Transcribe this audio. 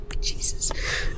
jesus